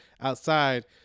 outside